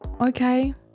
Okay